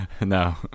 No